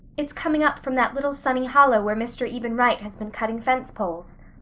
it's coming up from that little sunny hollow where mr. eben wright has been cutting fence poles.